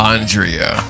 Andrea